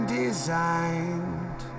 designed